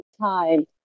time